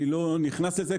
אני לא נכנס לזה.